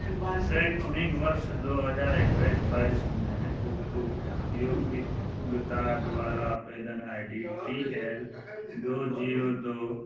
शैक्षणिक वर्ष दू हजार एकैस बाइसमे उपयोगकर्ता द्वारा आवेदन आई डी टी एल दू जीरो दू